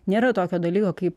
nėra tokio dalyko kaip